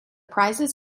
prizes